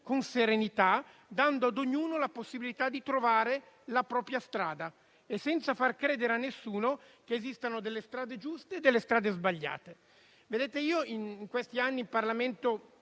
con serenità, dando a ognuno la possibilità di trovare la propria strada, senza far credere a nessuno che esistano delle strade giuste e delle strade sbagliate. In questi anni in Parlamento